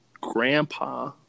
grandpa